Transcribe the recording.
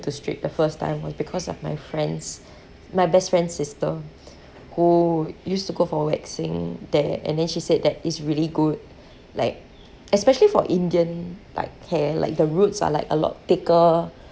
to strip the first time was because of my friend's my best friend's sister who used to go for waxing there and then she said that it's really good like especially for indian like hair like the roots are like a lot thicker